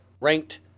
ranked